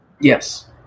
Yes